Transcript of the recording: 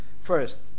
First